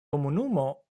komunumo